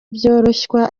byoroshywa